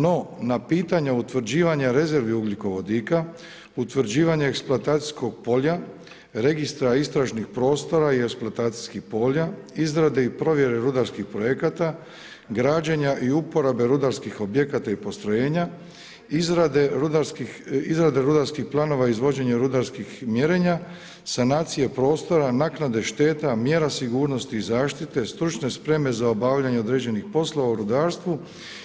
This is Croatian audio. No na pitanju utvrđivanja rezervi ugljikovodika, utvrđivanje eksploatacijskog polja, registra istražnih prostora i eksploatacijskih polja, izrade i provjere rudarskih projekata, građenja i uporabe rudarskih objekata i postrojenja, izrade rudarskih planova i izvođenje rudarskih mjerenja, sanacije prostora, naknade šteta, mjera sigurnosti i zaštite, stručne spreme za obavljanje određenih poslova u rudarstvu